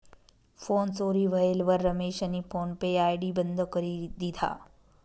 phone चोरी व्हयेलवर रमेशनी फोन पे आय.डी बंद करी दिधा